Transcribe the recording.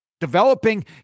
Developing